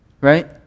right